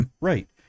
Right